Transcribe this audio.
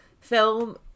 film